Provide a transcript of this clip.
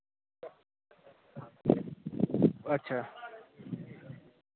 अच्छा